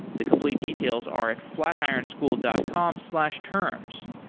the complete details are at flatironschool dot com slash terms.